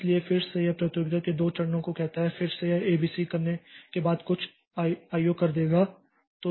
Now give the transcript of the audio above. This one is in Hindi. इसलिए यह फिर से प्रतियोगिता के दो चरणों को कहता है फिर से यह एबीसी करने के बाद यहां कुछ आईओ कर देगा